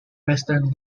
western